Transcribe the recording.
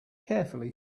carefully